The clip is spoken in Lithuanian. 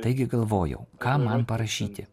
taigi galvojau ką man parašyti